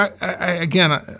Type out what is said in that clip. again